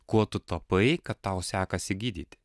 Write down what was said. kuo tu tapai kad tau sekasi gydyti